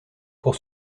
pour